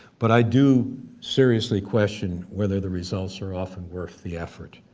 but i do seriously question whether the results are often worth the effort.